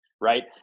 right